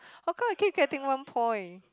how come I keep getting one point